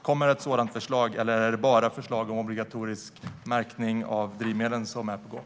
Kommer ett sådant förslag, eller är det bara förslag om obligatorisk märkning av drivmedel som är på gång?